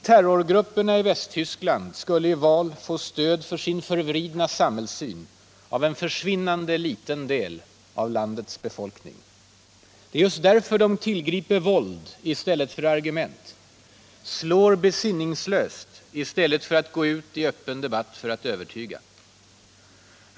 Terrorgrupperna i Västtyskland skulle i val få stöd för sin förvridna samhällssyn av en försvinnande liten del av landets befolkning. Det är just därför de tillgriper våld i stället för argument, slår besinningslöst i stället för att gå ut i öppen debatt för att övertyga människor.